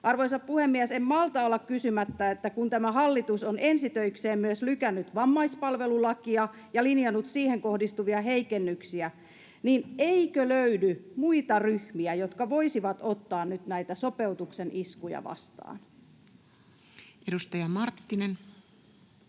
Arvoisa puhemies! En malta olla kysymättä, kun tämä hallitus on ensi töikseen myös lykännyt vammaispalvelulakia ja linjannut siihen kohdistuvia heikennyksiä, että eikö löydy muita ryhmiä, jotka voisivat ottaa nyt näitä sopeutuksen iskuja vastaan. [Speech